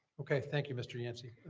okay, thank you mr. yancey.